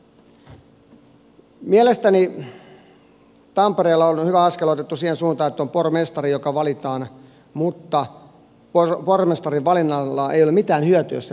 mielestäni tampereella on hyvä askel otettu siihen suuntaan että on pormestari joka valitaan mutta pormestarin valinnalla ei ole mitään hyötyä jos sen valitsee valtuusto